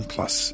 Plus